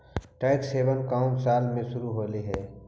Tax haven कउन साल में शुरू होलई हे?